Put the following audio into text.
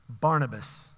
Barnabas